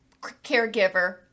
caregiver